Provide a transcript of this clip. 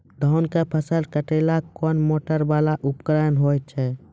धान के फसल काटैले कोन मोटरवाला उपकरण होय छै?